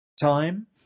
time